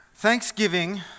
Thanksgiving